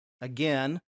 again